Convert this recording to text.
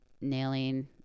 nailing